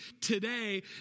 today